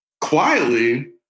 quietly